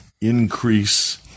increase